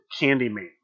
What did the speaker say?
Candyman